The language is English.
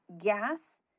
gas